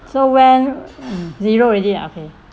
so when mm zero already ah okay